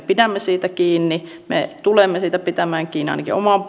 pidämme kiinni me tulemme siitä pitämään kiinni ja ainakin oman